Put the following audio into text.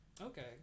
Okay